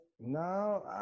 No